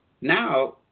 Now